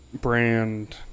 brand